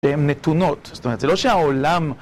הן נתונות, זאת אומרת, זה לא שהעולם...